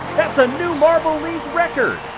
that's a new marble league record!